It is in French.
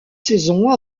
saisons